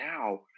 now